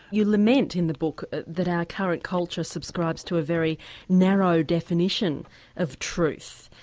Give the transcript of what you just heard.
you lament in the book that our current culture subscribes to a very narrow definition of truth.